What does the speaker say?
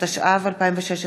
התשע"ו 2016,